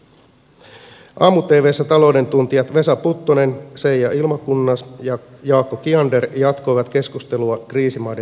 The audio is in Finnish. aamu tvssä talouden tuntijat vesa puttonen seija ilmakunnas ja jaakko kiander jatkoivat keskustelua kriisimaiden tukemisesta